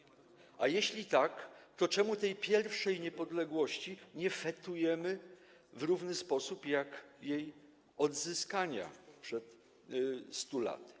A jeśli tak, to czemu tej pierwszej niepodległości nie fetujemy w taki sam sposób jak jej odzyskania przed 100 laty?